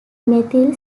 methyl